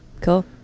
Cool